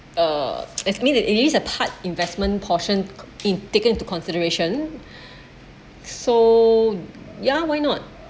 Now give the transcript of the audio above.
uh it's mean that it is a part investment portion in taken into consideration so ya why not